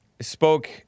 Spoke